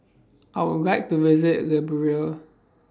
I Would like to visit Liberia